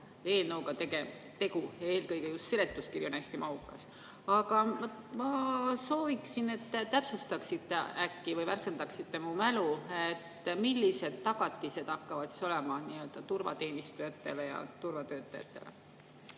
eelnõuga, eelkõige seletuskiri on hästi mahukas. Aga ma sooviksin, et te täpsustaksite või värskendaksite mu mälu, millised tagatised hakkavad olema turvateenistujatele ja turvatöötajatele.